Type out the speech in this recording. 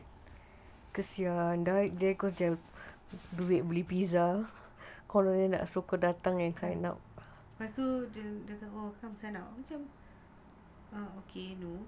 kesian diet cause sia duit beli pizza kalau dia nak suka datang yang